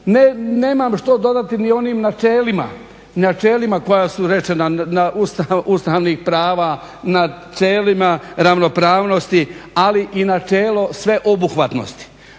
Nemam što dodati ni o onim načelima, načelima koja su rečena, ustavnih prava, načelima ravnopravnosti, ali i načelo sveobuhvatnosti.